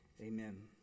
amen